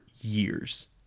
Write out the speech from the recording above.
years